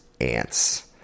ANTS